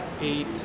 eight